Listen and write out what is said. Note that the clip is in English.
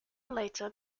later